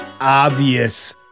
obvious